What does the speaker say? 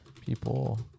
people